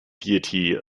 deity